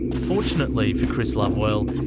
fortunately for chris lovewell,